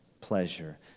pleasure